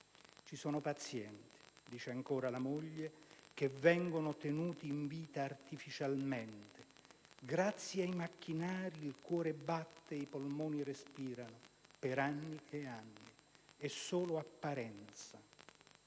Ci sono pazienti che vengono tenuti in vita artificialmente. Grazie ai macchinari il cuore batte e i polmoni respirano, per anni e anni. È solo apparenza.